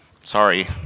Sorry